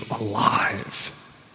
alive